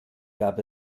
gab